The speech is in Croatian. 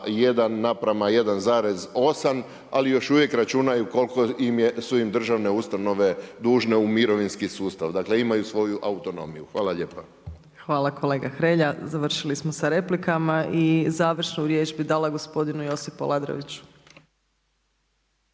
na 1:1,8, ali još uvijek računaju koliko su im državne ustanove u mirovinski sustav, dakle imaju svoju autonomiju. Hvala lijepa. **Opačić, Milanka (SDP)** Hvala kolega Hrelja. Završili smo sa replikama. I završnu riječ bi dala gospodinu Josipu Aladrović.